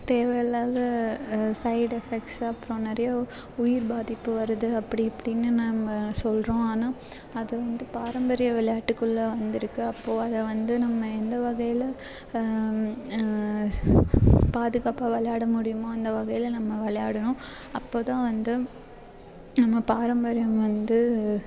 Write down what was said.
தேவை இல்லாத side effects அப்புறோம் நிறைய உயிர் பாதிப்பு வருது அப்படி இப்படின்னு நம்ம சொல்கிறோம் ஆனால் அது வந்து பாரம்பரிய விளையாட்டுக்குள்ளே வந்துருக்கு அப்போது அதை வந்து நம்ம எந்த வகையில் பாதுகாப்பாக விளையாட முடியுமோ அந்த வகையில் நம்ம விளையாடணும் அப்போது தான் வந்து நம்ம பாரம்பரியம் வந்து